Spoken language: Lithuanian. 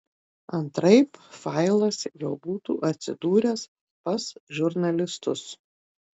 antraip failas jau būtų atsidūręs pas žurnalistus